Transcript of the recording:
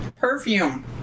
perfume